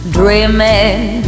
dreaming